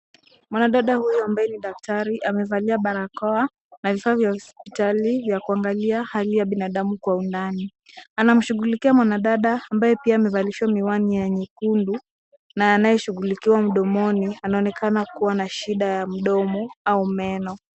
Mwanadada huyu ambaye ni daktari amevalia barakoa na vifaa vya hospitali vya kuangalia hali ya binadamu kwa undani. Anamshughulikia mwanadada ambaye pia amevalishwa miwani ya nyekundu na anayeshughulikiwa mdomoni. Anaonekana kuwa na shida ya mdomo au meno.